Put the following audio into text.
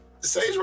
sage